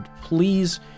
Please